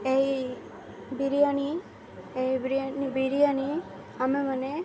ଏଇ ବିରିୟାନି ଏଇ ବିରିୟାନି ବିରିୟାନି ଆମେମାନେ